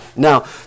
Now